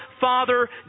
father